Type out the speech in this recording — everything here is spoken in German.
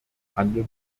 handel